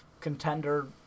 contender